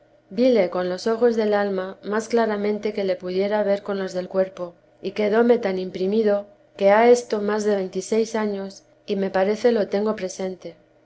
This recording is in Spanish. vile con los ojos del alma más claramente que le pudiera ver con los del cuerpo y quedóme tan imprimido que ha esto más de veintiséis años y me parece lo tengo presente